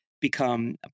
become